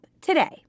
today